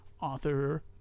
Author